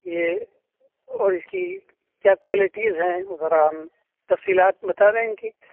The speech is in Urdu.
یہ اور اس کی کیا کوالیٹیز ہیں وہ ذرا ہم تفصیلات بتا دیں ان کی